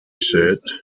said